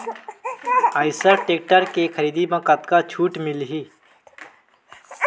Eicher tractor के खरीदी म कतका छूट मिलही?